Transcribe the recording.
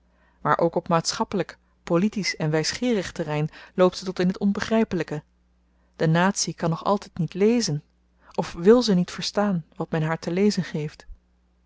maar ook op maatschappelyk politisch en wysgeerig terrein loopt ze tot in t onbegrypelyke de natie kan nog altyd niet lezen of wil ze niet verstaan wat men haar te lezen geeft